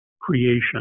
creation